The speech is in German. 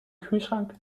kühlschrank